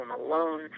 alone